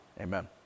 Amen